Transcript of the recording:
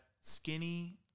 skinny